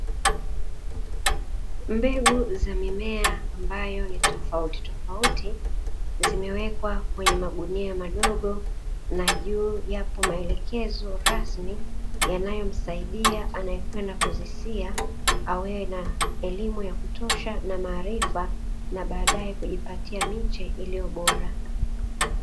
Mbegu za mimea ambayo ni tofauti tofauti zimewekwa kwenye magunia madogo na juu yapo maelekezo rasmi, yanayomsaidia anayekwenda kuzisia awe na elimu ya kutosha na maarifa na baadaye kujipatia miche iliyo bora.